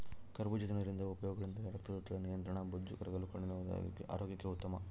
ಕರಬೂಜ ತಿನ್ನೋದ್ರಿಂದ ಉಪಯೋಗಗಳೆಂದರೆ ರಕ್ತದೊತ್ತಡದ ನಿಯಂತ್ರಣ, ಬೊಜ್ಜು ಕರಗಲು, ಕಣ್ಣಿನ ಆರೋಗ್ಯಕ್ಕೆ ಉತ್ತಮ